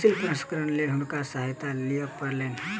फसिल प्रसंस्करणक लेल हुनका सहायता लिअ पड़लैन